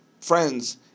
friends